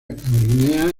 guinea